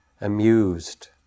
amused